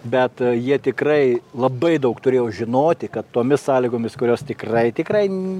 bet jie tikrai labai daug turėjau žinoti kad tomis sąlygomis kurios tikrai tikrai